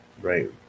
right